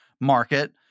market